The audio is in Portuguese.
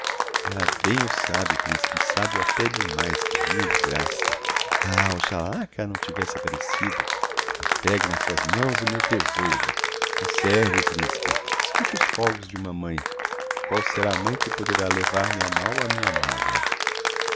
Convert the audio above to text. ella bem o sabe principe e sabe-o até demais por minha desgraça ah oxalá cá não tivesse apparecido entrego nas suas mãos o meu thesouro conserve-o principe escute os rógos de uma mãe qual será a mãe que poderá levar-me a mal a minha magua